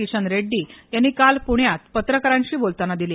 किशन रेड्डी यांनी काल पुण्यात पत्रकारांशी बोलताना दिली